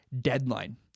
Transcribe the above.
deadline